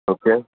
okay